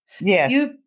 Yes